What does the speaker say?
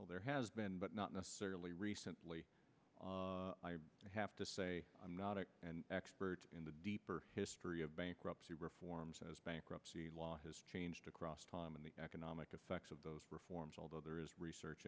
money there has been but not necessarily recently i have to say i'm not a expert in the deeper history of bankruptcy reforms as bankruptcy law has changed across time and the economic effects of those reforms although there is research